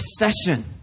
recession